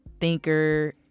thinker